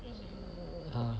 uh